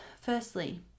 Firstly